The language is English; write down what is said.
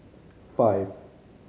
five